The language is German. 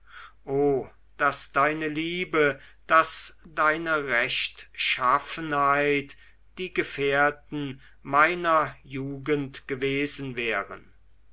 gedrückt daß deine liebe daß deine rechtschaffenheit die gefährten meiner jugend gewesen wären